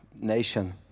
nation